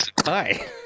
hi